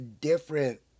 different